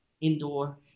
indoor